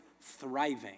thriving